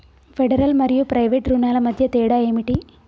Federal మరియు private రుణాల మధ్య తేడా ఏమిటి?